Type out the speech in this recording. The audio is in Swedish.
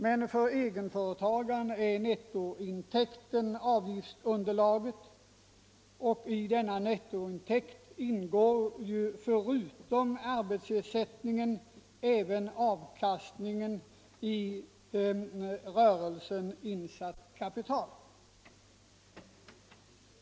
Men för egenföretagare utgör nettointäkten avgiftsunderlag, och i denna nettointäkt ingår ju förutom arbetsersättningen även avkastningen av i rörelsen insatt kapital.